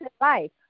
life